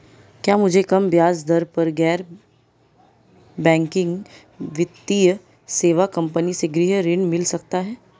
क्या मुझे कम ब्याज दर पर गैर बैंकिंग वित्तीय सेवा कंपनी से गृह ऋण मिल सकता है?